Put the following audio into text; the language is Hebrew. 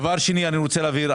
דבר שני, אני רוצה להבהיר.